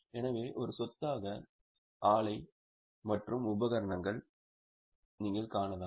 எனவே ஒரு சொத்தாக ஆலை மற்றும் உபகரணங்களை நீங்கள் காணலாம்